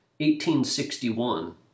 1861